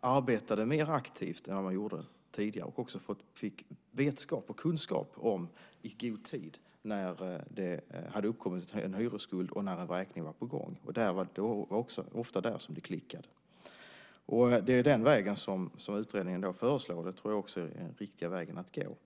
arbetade mer aktivt än vad den gjorde och att man i god tid fick kunskap och vetskap när det hade uppkommit en hyresskuld och när en vräkning var på gång. Det var ofta där som det klickade. Det är den vägen som utredningen föreslår, och jag tror också att det är den riktiga vägen att gå.